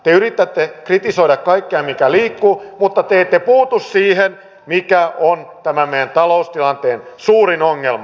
te yritätte kritisoida kaikkea mikä liikkuu mutta te ette puutu siihen mikä on tämän meidän taloustilanteemme suurin ongelma